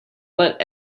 let